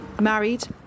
married